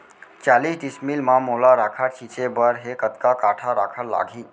चालीस डिसमिल म मोला राखड़ छिंचे बर हे कतका काठा राखड़ लागही?